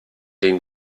den